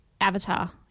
Avatar